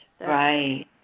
Right